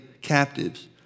captives